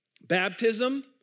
Baptism